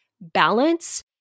balance